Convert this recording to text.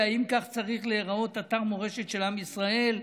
"האם כך צריך להיראות אתר מורשת של עם ישראל?